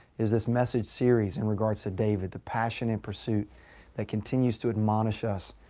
is this message series in regards to david. the passion and pursuit that continues to admonish us.